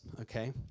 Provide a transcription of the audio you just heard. Okay